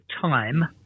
time